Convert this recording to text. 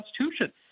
Constitution